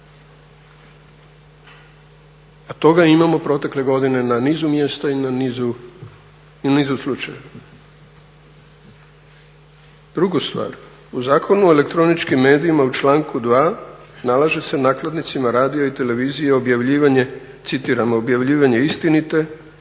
A toga imamo protekle godine na nizu mjesta i na nizu slučajeva. Drugu stvar, u Zakonu o elektroničkim medijima u članku 2. nalaže se nakladnicima radio i televiziji objavljivanje, citiram: "…objavljivanje istine,